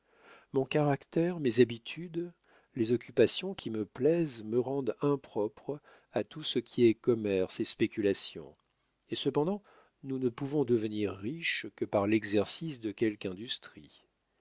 mon caractère mes habitudes les occupations qui me plaisent me rendent impropre à tout ce qui est commerce et spéculation et cependant nous ne pouvons devenir riches que par l'exercice de quelque industrie